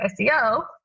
SEO